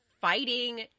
fighting